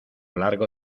largo